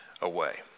away